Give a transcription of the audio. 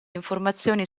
informazioni